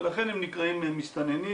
ולכן הם נקראים מסתננים,